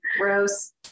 gross